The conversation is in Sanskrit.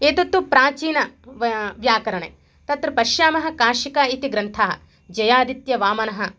एतत्तु प्राचीने व्याकरणे तत्र पश्यामः काशिका इति ग्रन्थः जयादित्यवामनः